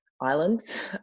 islands